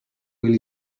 will